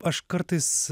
aš kartais